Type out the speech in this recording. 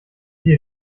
die